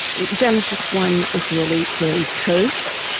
genesis one is really very terse.